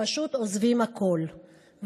ופשוט עוזבים הכול.